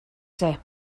say